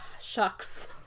shucks